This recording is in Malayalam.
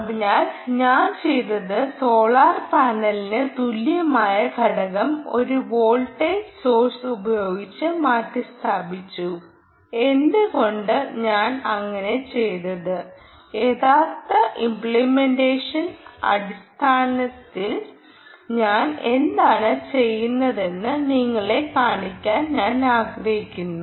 അതിനാൽ ഞാൻ ചെയ്തത് സോളാർ പാനലിന് തുല്യമായ ഘടകം ഒരു വോൾട്ടേജ് സോഴ്സ് ഉപയോഗിച്ച് മാറ്റിസ്ഥാപിച്ചു എന്തുകൊണ്ടാണ് ഞാൻ അങ്ങനെ ചെയ്തത് യഥാർത്ഥ ഇമ്പ്ലിമെൻ്റേഷൻ്റെ അടിസ്ഥാനത്തിൽ ഞാൻ എന്താണ് ചെയ്തതെന്ന് നിങ്ങളെ കാണിക്കാൻ ഞാൻ ആഗ്രഹിക്കുന്നു